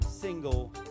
single